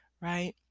right